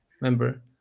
Remember